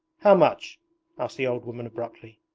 how much asked the old woman abruptly.